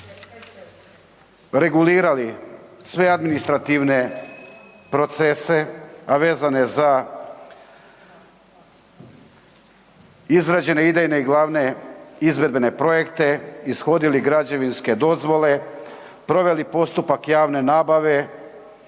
regulirali sve administrativne procese a vezane za izrađene idejne i glavne izvedbene projekte, ishodili građevinske dozvole, proveli postupka javne nabave,